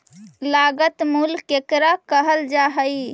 लागत मूल्य केकरा कहल जा हइ?